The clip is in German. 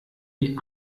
die